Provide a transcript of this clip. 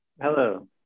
Hello